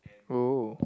oh